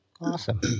Awesome